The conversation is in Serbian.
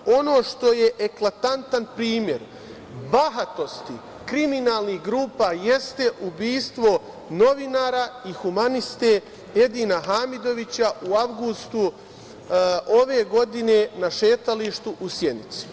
Ono što je eklatantan primer bahatosti kriminalnih grupa jeste ubistvo novinara i humaniste Edina Hamidovića u avgustu ove godine na šetalištu u Sjenici.